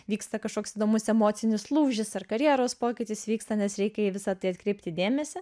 vyksta kažkoks įdomus emocinis lūžis ar karjeros pokytis įvyksta nes reikia į visa tai atkreipti dėmesį